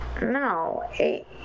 No